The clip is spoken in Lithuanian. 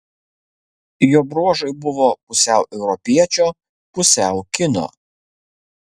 jo bruožai buvo pusiau europiečio pusiau kino